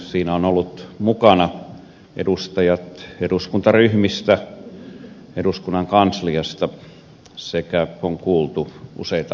siinä on ollut mukana edustajat eduskuntaryhmistä eduskunnan kansliasta sekä on kuultu useita asiantuntijoita